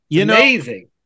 Amazing